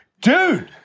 dude